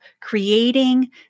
creating